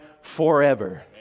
forever